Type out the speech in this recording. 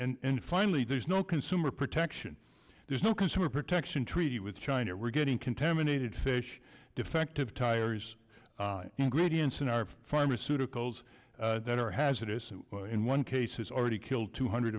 and finally there's no consumer protection there's no consumer protection treaty with china we're getting contaminated fish defective tires gradients in our pharmaceuticals that are hazardous in one case has already killed two hundred